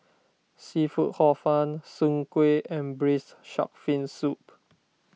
Seafood Hor Fun Soon Kueh and Braised Shark Fin Soup